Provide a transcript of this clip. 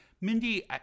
Mindy